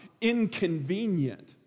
inconvenient